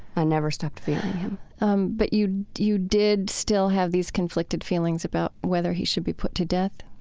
i never stopped fearing him um but you you did still have these conflicted feelings about whether he should be put to death?